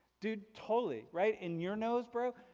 dude totally right? and your nose bro,